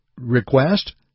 request